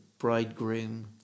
bridegroom